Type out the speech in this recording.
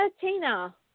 Tina